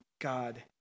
God